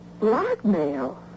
blackmail